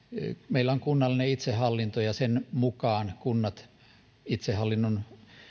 meillä on kunnallinen itsehallinto ja sen mukaan kunnat itsehallinnon